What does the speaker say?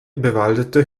bewaldete